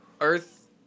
Earth